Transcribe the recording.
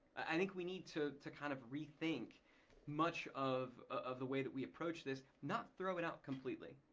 i think we need to to kind of rethink much of of the way that we approach this. not throw it out completely.